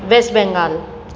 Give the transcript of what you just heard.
West Bengal